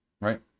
Right